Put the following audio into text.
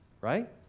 right